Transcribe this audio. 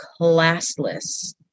classless